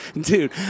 dude